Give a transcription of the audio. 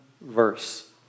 verse